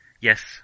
Yes